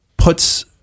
puts